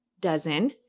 dozen